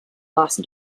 last